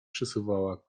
przesuwała